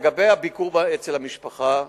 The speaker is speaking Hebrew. לגבי הביקור אצל המשפחה,